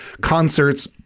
concerts